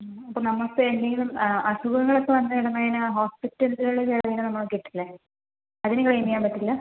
ആ ഇപ്പോൾ നമുക്ക് എന്തെങ്കിലും അസുഖങ്ങൾ ഒക്കെ വന്ന് കഴിഞ്ഞാൽ ഹോസ്പിറ്റലില് ചിലവിന് നമ്മള് കിട്ടില്ലേ അതിന് ക്ലെയിമ് ചെയ്യാൻ പറ്റില്ല